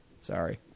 Sorry